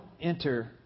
enter